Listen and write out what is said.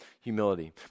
humility